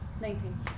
Nineteen